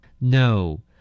No